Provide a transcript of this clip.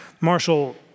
Marshall